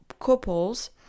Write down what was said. couples